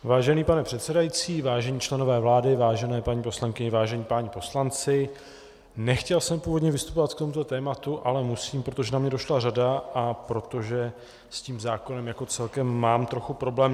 Vážený pane předsedající, vážení členové vlády, vážené paní poslankyně, vážení páni poslanci, nechtěl jsem původně vystupovat k tomuto tématu, ale musím, protože na mě došla řada a protože s tím zákonem jako celkem mám trochu problém.